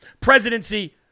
presidency